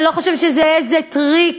אני לא חושבת שזה איזה טריק,